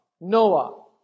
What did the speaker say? Noah